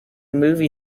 movie